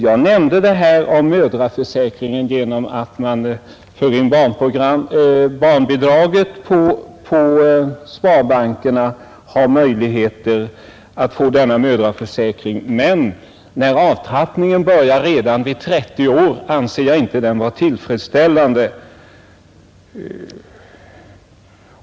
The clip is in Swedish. Jag nämnde möjligheten att få en mödraförsäkring genom att föra in barnbidraget på sparbankerna, men när avtrappningen börjar redan vid 30 års ålder så anser jag inte den försäkringen vara tillfredsställande.